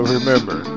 remember